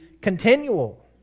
continual